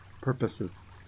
purposes